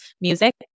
music